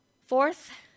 Fourth